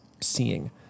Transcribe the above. seeing